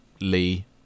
Lee